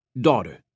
daughter